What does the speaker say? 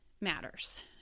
Matters